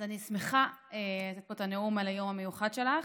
אני שמחה לשאת את הנאום על היום המיוחד שלך.